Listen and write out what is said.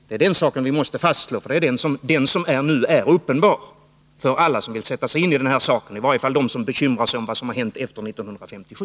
Det är detta som måste fastslås, och det är det som nu är uppenbart för alla som vill sätta sig in i saken — i varje fall för dem som bekymrar sig om vad som har hänt efter 1957.